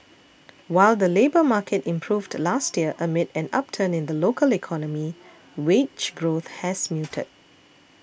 while the labour market improved last year amid an upturn in the local economy wage growth has muted